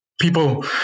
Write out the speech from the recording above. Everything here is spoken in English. people